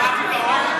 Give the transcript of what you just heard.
מה הפתרון?